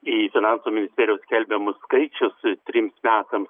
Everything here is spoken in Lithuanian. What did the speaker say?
į finansų ministerijos skelbiamus skaičius trims metams